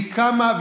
היא קמה,